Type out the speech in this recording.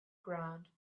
ground